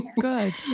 good